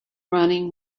running